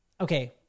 okay